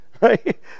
Right